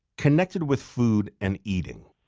connect with food and eating?